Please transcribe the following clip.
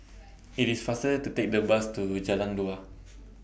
IT IS faster to Take The Bus to Jalan Dua